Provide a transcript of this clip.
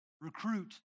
recruit